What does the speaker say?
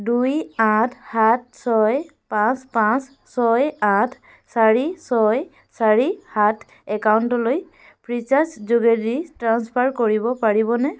দুই আঠ সাত ছয় পাঁচ পাঁচ ছয় আঠ চাৰি ছয় চাৰি সাত একাউণ্টলৈ ফ্ৰীচাৰ্জ যোগেদি ট্ৰাঞ্চফাৰ কৰিব পাৰিবনে